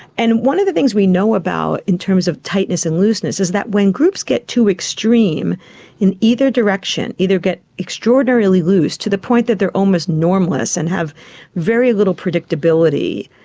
and one of the things we know about in terms of tightness and looseness is that when groups get too extreme in either direction, either get extraordinarily loose to the point that they are almost normless and have very little predictability,